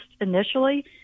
initially